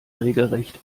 regelrecht